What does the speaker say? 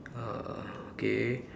ah okay